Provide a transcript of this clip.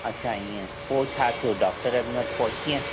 अच्छा ईअं पोइ छा थियो डॉक्टरनि वटि पहुतीएं